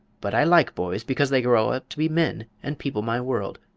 but i like boys, because they grow up to be men and people my world.